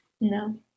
No